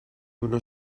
una